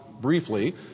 briefly